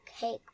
Cake